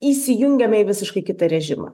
įsijungiame į visiškai kitą režimą